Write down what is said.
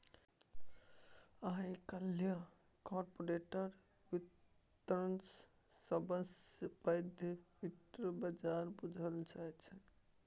आइ काल्हि कारपोरेट बित्त सबसँ पैघ बित्त बजार बुझल जाइ छै